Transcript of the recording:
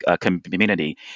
community